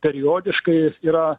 periodiškai yra